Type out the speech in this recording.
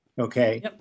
Okay